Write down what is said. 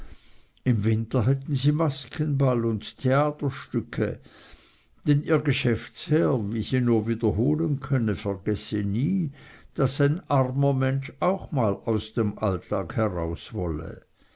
im winter hätten sie maskenball und theaterstücke denn ihr geschäftsherr wie sie nur wiederholen könne vergesse nie daß ein armer mensch auch mal aus dem alltag herauswolle